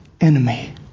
enemy